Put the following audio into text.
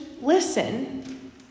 listen